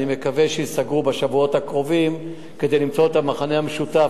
אני מקווה שייסגרו בשבועות הקרובים כדי למצוא את המכנה המשותף,